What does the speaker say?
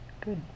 Good